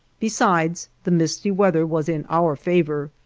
besides the misty weather was in our favor,